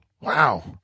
wow